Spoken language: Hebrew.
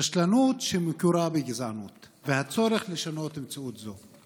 רשלנות שמקורה בגזענות והצורך לשנות מציאות זו.